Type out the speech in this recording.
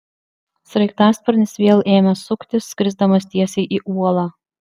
sraigtasparnis vėl ėmė suktis skrisdamas tiesiai į uolą